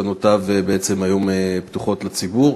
ומסקנותיו היום פתוחות לציבור.